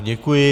Děkuji.